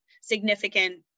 significant